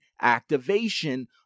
activation